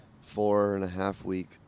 four-and-a-half-week